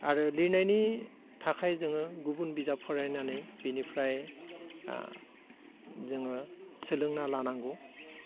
आरो लिरनायनि थाखाय जोङो गुबुन बिजाब फरायनानै बिनिफ्राय जोङो सोलोंना लानांगौ